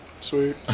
Sweet